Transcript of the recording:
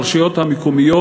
לרשויות המקומיות,